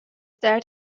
درد